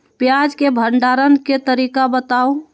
प्याज के भंडारण के तरीका बताऊ?